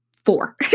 four